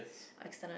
external